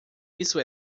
isso